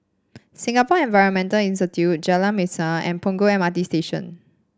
Singapore Environment Institute Jalan Masjid and Punggol M R T Station